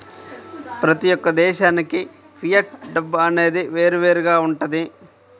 ప్రతి యొక్క దేశానికి ఫియట్ డబ్బు అనేది వేరువేరుగా వుంటది